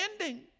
ending